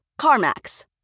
CarMax